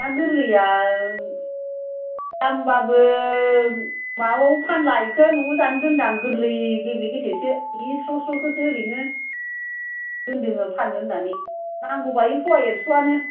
ना गोरलैया दामबाबो माबाखौ फानला बेखौ न'वाव जानो दोन्दां गोरलै गेब्ले गेथेसो गोरै स्र' स्र'खौसो ओरैनो दोन्दोंमोन फान्नो होन्नानै नांगौबा बेयो फवा एक्स'आनो